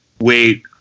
wait